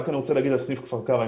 אני רוצה להגיד על סניף כפר קרע,